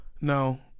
No